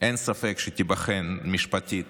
שאין ספק שתיבחן משפטית